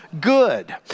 good